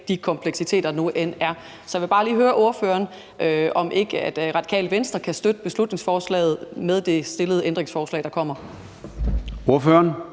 de kompleksiteter, der nu end er. Så jeg vil bare lige høre ordføreren, om Radikale Venstre ikke kan støtte beslutningsforslaget, altså med det ændringsforslag, der kommer. Kl.